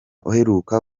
uheruka